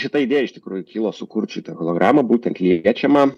šita idėja iš tikrųjų kilo sukurt šitą hologramą būtent lie liečiamą